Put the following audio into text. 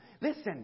Listen